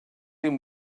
him